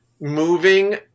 moving